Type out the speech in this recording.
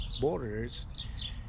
borders